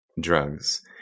drugs